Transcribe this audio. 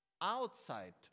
outside